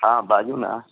हँ बाजू ने